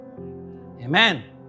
Amen